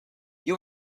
you